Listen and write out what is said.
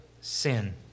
sin